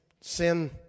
sin